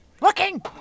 looking